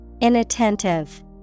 Inattentive